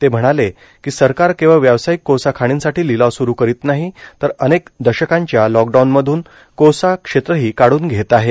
ते म्हणाले की सरकार केवळ व्यावसायिक कोळसा खाणीसाठी लिलाव सुरू करीत नाही तर अनेक दशकांच्या लॉकडाऊनमधून कोळसा क्षेत्रही काढून घेत आहे